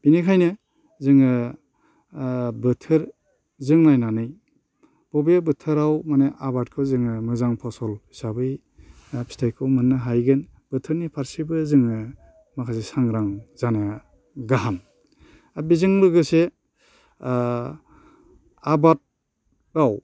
बेनिखायनो जोङो बोथोरजों नायनानै बबे बोथोराव माने आबादखौ जोङो मोजां फसल हिसाबै फिथाइखौ मोननो हाहैगोन बोथोरनि फारसेबो जोङो माखासे सांग्रां जानाया गाहाम दा बेजों लोगोसे आबादआव